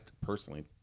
personally